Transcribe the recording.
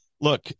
look